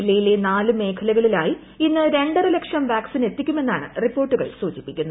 ജില്ലയിലെ നാല് മേഖലകളിലായി ഇന്ന് രണ്ടര ലക്ഷം വാക്സിൻ എത്തിക്കുമെന്നാണ് റിപ്പോർട്ടുകൾ സൂചിപ്പിക്കുന്നത്